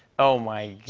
oh, my